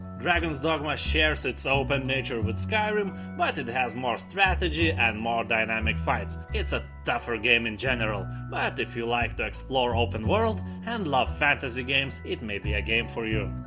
dragon's dogma shares it's open nature with skyrim, but has more strategy and more dynamic fights. it's a tougher game in general. but if you like to explore open world and love fantasy games, it may be a game for you.